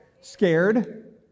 Scared